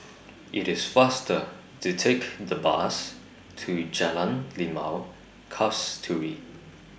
IT IS faster to Take The Bus to Jalan Limau Kasturi